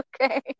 okay